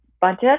budget